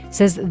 says